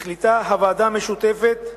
החליטה הוועדה המשותפת,